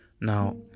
now